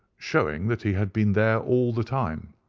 showing that he had been there all the time.